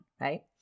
right